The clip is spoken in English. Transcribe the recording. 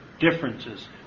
Differences